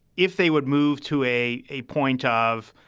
if they would move to a a point ah of,